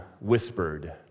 whispered